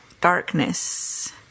darkness